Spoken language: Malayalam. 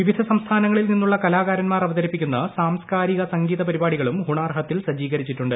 വിവിധ സംസ്ഥാനങ്ങളിൽ നിന്നുള്ള കലാകാരന്മാർ അവതരിപ്പിക്കുന്ന സാംസ്കാരിക സംഗീത പരിപാടികളും ഹുണാർ ഹത്തിൽ സജ്ജീകരിച്ചിട്ടുണ്ട്